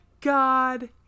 god